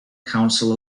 council